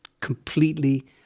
completely